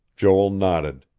joel nodded.